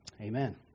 Amen